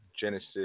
Genesis